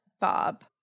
Bob